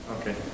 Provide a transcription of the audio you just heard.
Okay